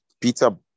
Peter